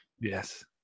Yes